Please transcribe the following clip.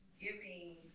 Giving